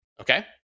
Okay